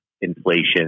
inflation